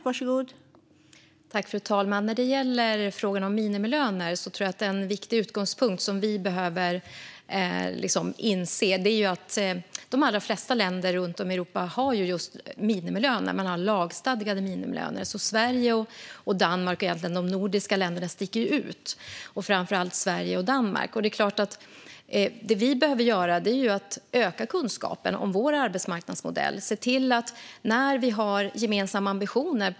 Fru talman! En viktig utgångspunkt för frågan om minimilöner som vi behöver inse är att de allra flesta länderna runt om i Europa har minimilöner. De har lagstadgade minimilöner. De nordiska länderna sticker ut - framför allt Sverige och Danmark. Vi behöver öka kunskapen om vår arbetsmarknadsmodell.